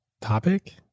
topic